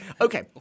Okay